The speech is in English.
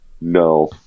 No